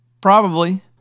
Probably